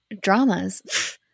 dramas